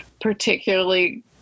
particularly